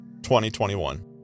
2021